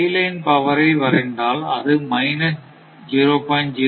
tie line power ஐ வரைந்தால் அது மைனஸ் 0